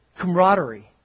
camaraderie